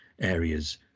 areas